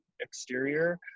exterior